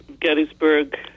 Gettysburg